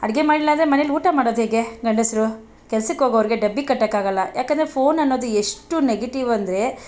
ಅಡುಗೆ ಮಾಡ್ಲಿಲ್ಲ ಅಂದರೆ ಮನೆಲ್ಲಿ ಊಟ ಮಾಡೋದು ಹೇಗೆ ಗಂಡಸರು ಕೆಲಸಕ್ಕೋಗೋವ್ರಿಗೆ ಡಬ್ಬಿ ಕಟ್ಟೊಕ್ಕಾಗೊಲ್ಲ ಯಾಕೆಂದ್ರೆ ಫೋನ್ ಅನ್ನೋದು ಎಷ್ಟು ನೆಗೆಟಿವ್ ಅಂದರೆ